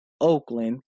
Oakland